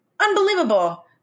unbelievable